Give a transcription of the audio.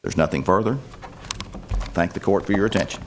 there's nothing further thank the court for your attention